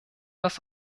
das